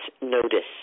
notice